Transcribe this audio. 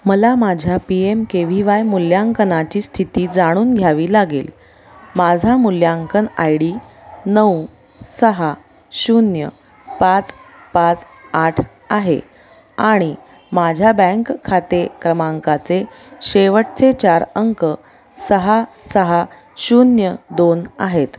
मला माझ्या P M K V Y मूल्यांकनाची स्थिती जाणून घ्यावी लागेल माझा मूल्यांकन आय डी नऊ सहा शून्य पाच पाच आठ आहे आणि माझ्या बँक खाते क्रमांकाचे शेवटचे चार अंक सहा सहा शून्य दोन आहेत